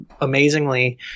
amazingly